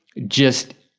just